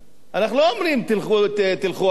אנחנו לא אומרים: תלכו אחרינו.